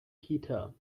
kita